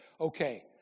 okay